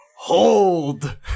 hold